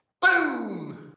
Boom